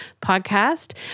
podcast